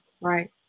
right